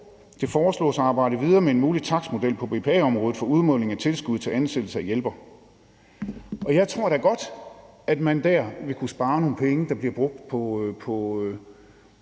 det foreslås at arbejde videre med en mulig takstmodel på BPA-området for udmåling af tilskud til ansættelse af hjælpere. Jeg tror da godt, at man der kunne spare nogle penge, der bliver brugt på